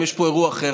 אם יש פה אירוע אחר,